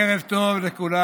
ערב טוב לכולם.